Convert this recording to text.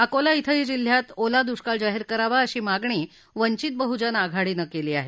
अकोला अंही जिल्ह्यात ओला दुष्काळ जाहीर करावा अशी मागणी वंचित बहुजन आघाडीनं केली आहे